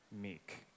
Meek